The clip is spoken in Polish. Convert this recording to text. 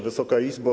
Wysoka Izbo!